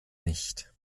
nicht